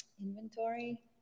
inventory